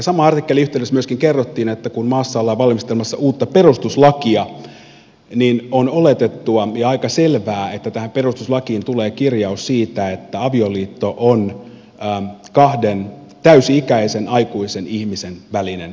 saman artikkelin yhteydessä myöskin kerrottiin että kun maassa ollaan valmistelemassa uutta perustuslakia niin on oletettua ja aika selvää että tähän perustuslakiin tulee kirjaus siitä että avioliitto on kahden täysi ikäisen aikuisen ihmisen välinen liitto